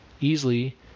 easily